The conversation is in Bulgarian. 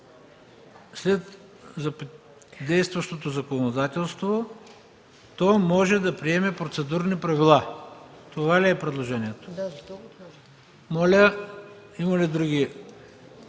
след „действащото законодателство, то може да приеме процедурни правила”. Това ли е предложението? ДОКЛАДЧИК МАЯ